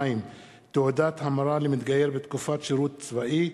2) (תעודת המרה למתגייר בתקופת שירותו הצבאי),